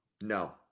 No